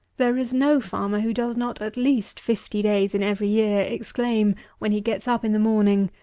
there is no farmer who does not at least fifty days in every year exclaim, when he gets up in the morning,